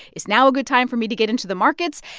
is now a good time for me to get into the markets?